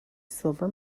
silver